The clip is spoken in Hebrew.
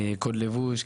קוד לבוש,